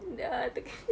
dah terkencing